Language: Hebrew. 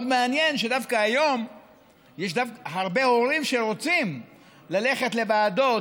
מעניין מאוד שדווקא היום יש הרבה הורים שרוצים ללכת לוועדות,